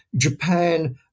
Japan